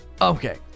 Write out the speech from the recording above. Okay